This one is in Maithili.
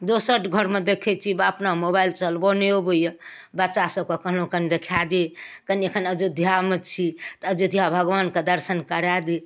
दोसर घरमे देखै छी बाप ने अपना मोबाइल चलबऽ नहि अबैए बच्चासभके कहलहुँ कनि देखा दे कनि एखन अयोध्यामे छी तऽ अयोध्या भगवानके दर्शन करा दे